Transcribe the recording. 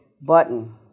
button